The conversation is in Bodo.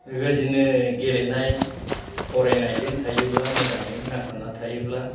बेबायदिनो गेलेनाय फरायनायजों थायोब्ला मोजाङै नांथाबनानै थायोब्ला